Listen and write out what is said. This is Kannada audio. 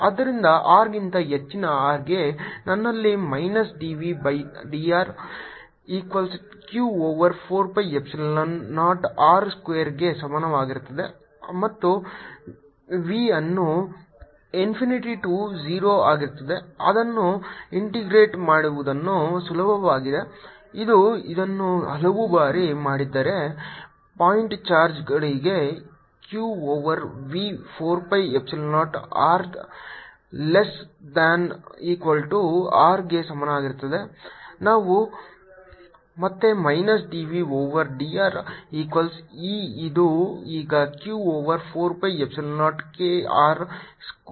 ಆದ್ದರಿಂದ r ಗಿಂತ ಹೆಚ್ಚಿನ R ಗೆ ನನ್ನಲ್ಲಿ minus dv by dr equals q over 4 pi epsilon 0 r square ಗೆ ಸಮಾನವಾಗಿರುತ್ತದೆ ಮತ್ತು v ಅನ್ನು ಇನ್ಫಿನಿಟಿ ಟು 0 ಆಗಿರುತ್ತದೆ ಇದನ್ನು ಇಂಟಿಗ್ರೇಟ್ ಮಾಡುವುದು ಸುಲಭವಾಗಿದೆ ನೀವು ಇದನ್ನು ಹಲವು ಬಾರಿ ಮಾಡಿದ್ದೀರಿ ಪಾಯಿಂಟ್ ಚಾರ್ಜ್ಗಳಿಗೆ q over v 4 pi epsilon 0 r less than equal to R ಗೆ ಸಮಾನವಾಗಿರುತ್ತದೆ ನಾವು ಮತ್ತೆ minus dv over dr equals E ಇದು ಈಗ q over 4 pi epsilon 0 k r square ಆಗಿದೆ